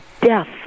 death